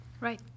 Right